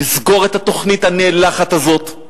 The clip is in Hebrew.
לסגור את התוכנית הנאלחה הזאת.